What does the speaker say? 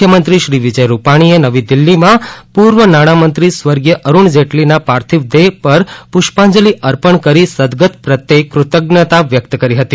મુખ્યમંત્રીશ્રી વિજય રૂપાણીએ નવી દિલ્હીમાં પૂર્વ નાણાંમંત્રી સ્વર્ગીય અરૂણ જેટલીના પાર્થિવ દેહ પર પુષ્પાંજલી અર્પણ કરી સદ્દગત પ્રત્યે કૃતજ્ઞતા વ્યકત કરી હતી